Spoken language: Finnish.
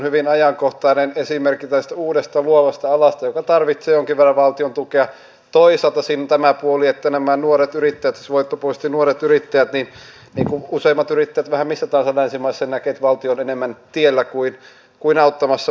sitten kun puhumme tästä erittäin tuhoisasta pakkolakipaketista josta uskotaan että ihmisten palkkoja leikkaamalla se kilpailukyky sieltä syntyy hupsista vain niin sitten on tullut ilmi ja on syytä epäillä että voi käydä jopa niin että sitten tätä pakkolakipakettia ei tulisi